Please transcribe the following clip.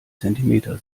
zentimeter